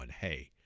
Hey